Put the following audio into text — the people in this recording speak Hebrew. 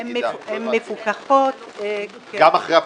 הן מפוקחות -- גם אחרי הפיצול?